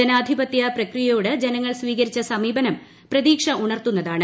ജനാധിപത്യ പ്രക്രിയയോട് ജനങ്ങൾ സ്വീകരിച്ച സമീപനം പ്രതീക്ഷ ഉണർത്തുന്നതാണ്